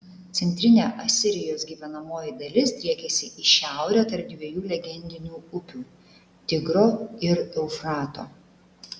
centrinė asirijos gyvenamoji dalis driekėsi į šiaurę tarp dviejų legendinių upių tigro ir eufrato